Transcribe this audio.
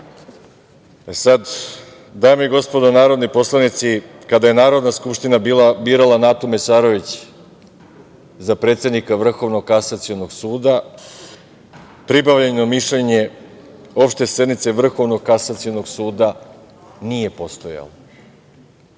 suda. Dame i gospodo narodni poslanici, kada je Narodna skupština birala Natu Mesarović za predsednika Vrhovnog kasacionog suda pribavljeno mišljenje Opšte sednice Vrhovnog kasacionog suda nije postojalo. Može